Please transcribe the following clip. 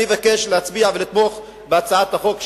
אני מבקש להצביע ולתמוך בהצעת החוק,